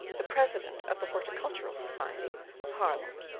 the president of the horticultural society of haarlem.